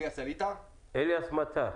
אליאס מטר,